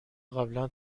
قبلا